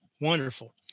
wonderful